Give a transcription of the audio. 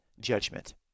judgment